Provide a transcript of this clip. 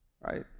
Right